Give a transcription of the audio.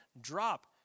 drop